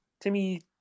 Timmy